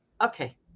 Okay